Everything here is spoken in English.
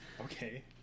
Okay